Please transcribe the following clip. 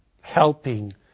helping